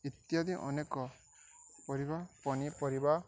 ଇତ୍ୟାଦି ଅନେକ ପରିବା ପନିପରିବା